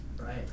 right